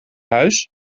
huis